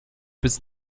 bis